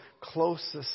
closest